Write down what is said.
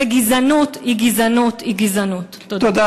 וגזענות היא גזענות היא גזענות.